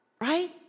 Right